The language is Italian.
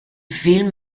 film